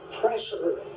pressure